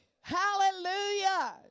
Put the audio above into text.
hallelujah